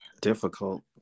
difficult